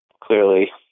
clearly